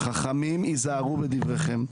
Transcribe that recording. בדבריכם.